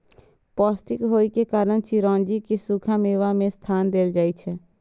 पौष्टिक होइ के कारण चिरौंजी कें सूखा मेवा मे स्थान देल जाइ छै